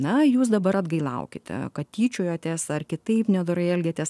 na jūs dabar atgailaukite kad tyčiojatės ar kitaip nedorai elgėtės